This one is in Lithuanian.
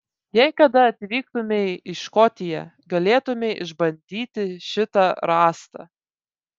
jei kada atvyktumei į škotiją galėtumei išbandyti šitą rąstą